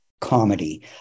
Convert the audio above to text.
comedy